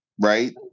right